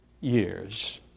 years